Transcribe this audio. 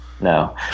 no